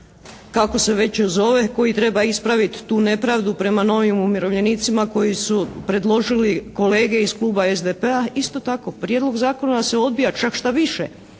kako se već zove, koji treba ispravit tu nepravdu prema novim umirovljenicima koji su predložili kolege iz kluba SDP-a isto tako. Prijedlog zakona se odbija, čak šta više